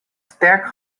sterk